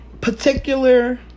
particular